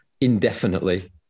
indefinitely